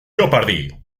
jeopardy